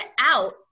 out